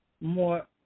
more